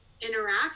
interact